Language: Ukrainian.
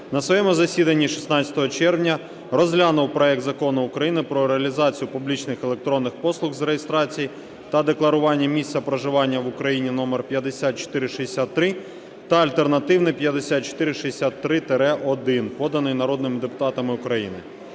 на своєму засіданні 16 червня розглянув проект Закону про реалізацію публічних електронних послуг з реєстрації та декларування місця проживання в Україні (№ 5463 та альтернативний 5463-1), подані народними депутатами України.